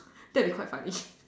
that would be quite funny